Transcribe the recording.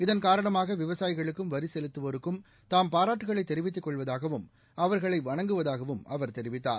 இதள் காரணமாக விவசாயிகளுக்கும் வரி செலுத்தவோருக்கும் தாம் பாராட்டுக்களைத் தெரிவித்துக் கொள்வதாகவும் அவர்களை வணங்குவதாகவும் அவர் தெரிவித்தார்